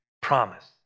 Promise